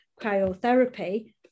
cryotherapy